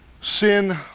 Sin